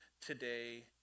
today